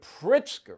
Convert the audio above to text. Pritzker